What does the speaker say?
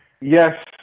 yes